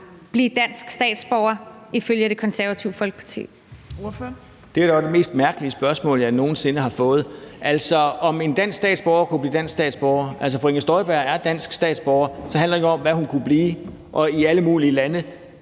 Kl. 14:59 Søren Pape Poulsen (KF): Det var dog det mest mærkelige spørgsmål, jeg nogen sinde har fået, altså om en dansk statsborger kunne blive dansk statsborger. Fru Inger Støjberg er dansk statsborger, så det handler ikke om, hvad hun kunne blive og i alle mulige lande.